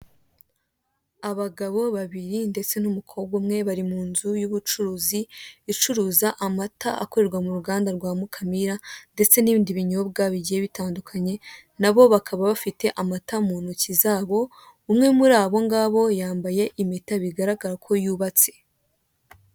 Abagabo babiri ndetse n'umukobwa umwe, bari mu nzu y'ubucuruzi, icuruza amata akorerwa mu ruganda rwa Mukamira, ndetse n'ibindi binyobwa bigiye bitandukanye, na bo bakaba bafite amata mu ntoki zabo, umwe muri abongabo yambaye impeta, bigaragara ko yubatse.